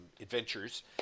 adventures